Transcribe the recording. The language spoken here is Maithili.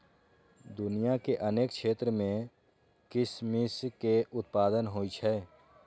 दुनिया के अनेक क्षेत्र मे किशमिश के उत्पादन होइ छै